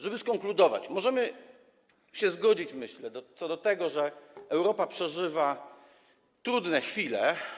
Żeby skonkludować - możemy się zgodzić, myślę, co do tego, że Europa przeżywa trudne chwile.